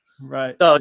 Right